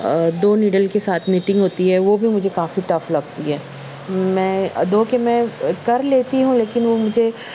دو needle کے ساتھ meeting ہوتی ہے وہ بھی مجھے کافی ٹف لگتی ہے میں دو کے میں کر لیتی ہوں لیکن وہ مجھے